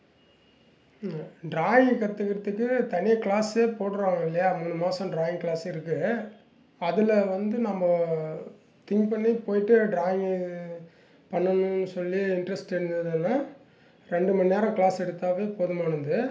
drawing கற்றுக்குறத்துக்கு தனியாக class போடுறாங்க இல்லையா மூணு மாதம் ட்ராயிங் கிளாஸ் இருக்குது அதில் வந்து நம்ம திங்க் பண்ணி போய்விட்டு டிராயிங்கு பண்ணணும்னு சொல்லி இன்ட்ரஸ்ட் இருந்ததுன்னா ரெண்டு மணி நேரம் கிளாஸ் எடுத்தாகவே போதுமானது